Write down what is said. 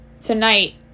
Tonight